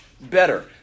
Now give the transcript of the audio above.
better